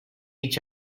each